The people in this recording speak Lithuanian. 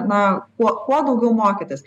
na kuo kuo daugiau mokytis